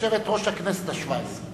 יושבת-ראש הכנסת השבע-עשרה,